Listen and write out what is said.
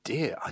Dear